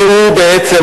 זיהו בעצם,